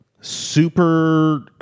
super